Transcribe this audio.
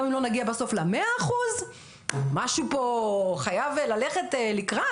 גם אם לא נגיע בסופו של דבר ל-100% משהו פה חייבת ללכת לקראת.